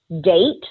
Date